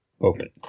open